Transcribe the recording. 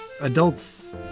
Adults